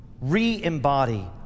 re-embody